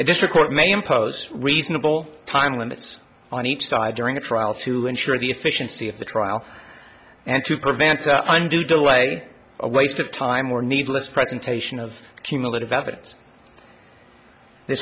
this record may impose reasonable time limits on each side during the trial to ensure the efficiency of the trial and to prevent undue delay or waste of time or needless presentation of cumulative evidence th